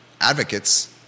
advocates